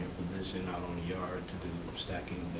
position out on the yard to do stacking,